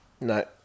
No